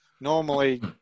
Normally